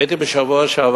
הייתי בשבוע שעבר